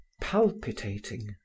palpitating